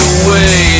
away